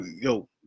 Yo